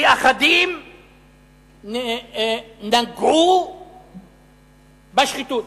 כי אחדים נגעו בשחיתות.